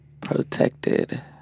protected